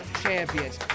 champions